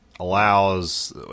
allows